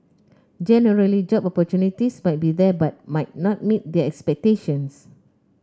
generally job opportunities might be there but might not meet their expectations